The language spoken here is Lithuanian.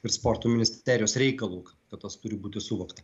ir sporto ministerijos reikalu tai tas turi būti suvokta